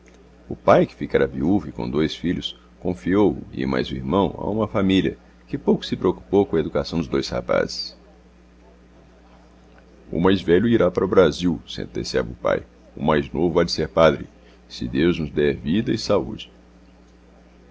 o pai que ficara viúvo e com dois filhos confiou o e mais o irmão a uma família que pouco se preocupou com a educação dos dois rapazes o mais velho irá para o brasil sentenciava o pai o mais novo há de ser padre se deus nos der vida e saúde